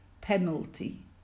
penalty